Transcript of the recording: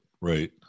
right